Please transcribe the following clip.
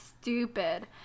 stupid